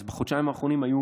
אז בחודשיים האחרונים היו